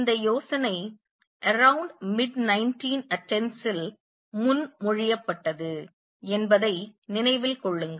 இந்த யோசனை around mid nineteen a tenthsல் முன்மொழியப்பட்டது என்பதை நினைவில் கொள்ளுங்கள்